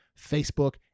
facebook